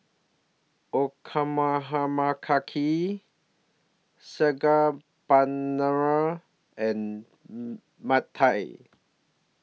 Okonomiyaki Saag Paneer and Pad Thai